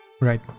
right